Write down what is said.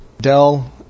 Dell